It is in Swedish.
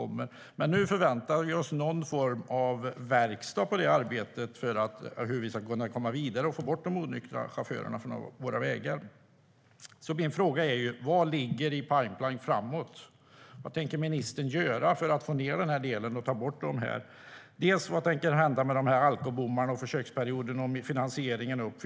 Men nu förväntar vi oss någon form av verkstad för att kunna komma vidare och få bort de onyktra chaufförerna från våra vägar. Mina frågor är: Vad ligger i pipeline framöver? Vad tänker ministern göra för att komma till rätta med detta? Vad kommer att hända med alkobommarna, försöksperioderna och finansieringen?